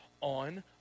on